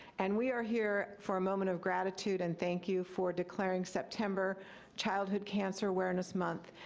and we are here for a moment of gratitude and thank you for declaring september childhood cancer awareness month,